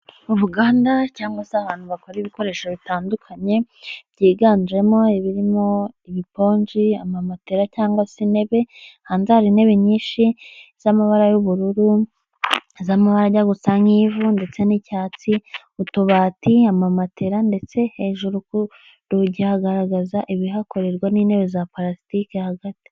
Uruganda cyangwa se ahantu bakora ibikoresho bitandukanye, byiganjemo Ibirimo ibipoji amamoterala cyangwa se intebe, hanze hari intebe nyinshi z'amabara y'ubururu, z'amabara ajya gusa nk'ivu, ndetse n'icyatsi utubatI, amamatera, ndetse hejuru ku rugi hagaragaza ibihakorerwa n'intebe za palasitike hagati.